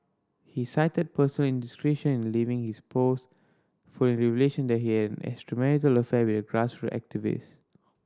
he cited personal indiscretion in leaving his post following revelation that he had an extramarital affair with a activist